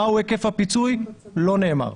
מהו היקף הפיצוי לא נאמר.